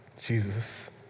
Jesus